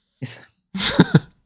Yes